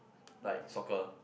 like soccer